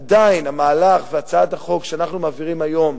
עדיין המהלך והצעת החוק שאנחנו מעבירים היום,